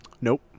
Nope